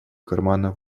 кармана